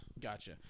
Gotcha